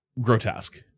grotesque